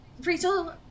Rachel